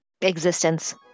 existence